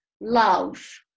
love